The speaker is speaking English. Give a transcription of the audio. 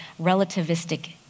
relativistic